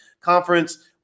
conference